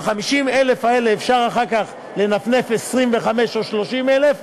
ב-50,000 האלה אפשר אחר כך לנפנף 25,000 או 30,000,